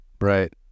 Right